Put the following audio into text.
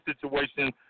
situation